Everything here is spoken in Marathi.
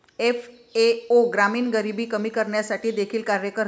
एफ.ए.ओ ग्रामीण गरिबी कमी करण्यासाठी देखील कार्य करते